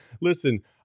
Listen